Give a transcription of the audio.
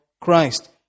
Christ